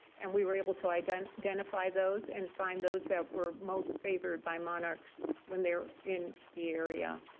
and we were able to identify identify those and find those that were most favored by monarchs when they're in the area.